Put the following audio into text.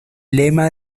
lema